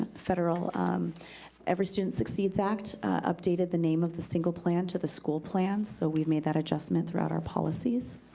federal every student succeeds act, updated the name of the single plan to the school plan, so we made that adjustment throughout our policies.